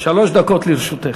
שלוש דקות לרשותך.